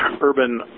urban